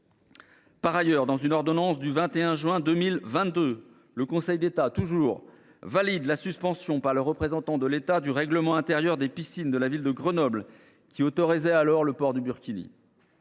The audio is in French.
Par ailleurs, dans une ordonnance du 21 juin 2022, le Conseil d’État a validé la suspension par le représentant de l’État du règlement intérieur des piscines de la ville de Grenoble, qui autorisait alors le port du burkini.